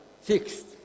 fixed